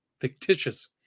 fictitious